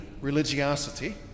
religiosity